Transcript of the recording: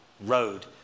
road